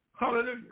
Hallelujah